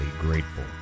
grateful